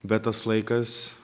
bet tas laikas